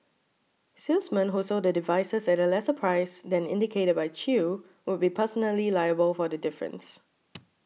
salesmen who sold the devices at a lesser price than indicated by Chew would be personally liable for the difference